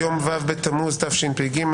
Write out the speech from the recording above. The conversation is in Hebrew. היום ו' בתמוז תשפ"ג,